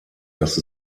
dass